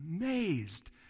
amazed